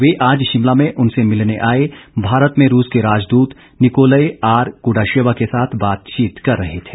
वे आज शिमला में उनसे मिलने आए भारत में रूस के राजदूत निकोलय आर क्डाशेवा के साथ बातचीत कर रहे थे